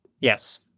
Yes